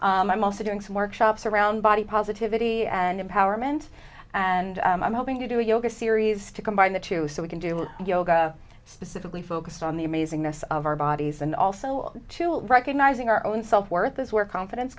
and i'm also doing some workshops around body positivity and empowerment and i'm hoping to do a yoga series to combine the two so we can do yoga specifically focused on the amazing this of our bodies and also to recognizing our own self worth is where confidence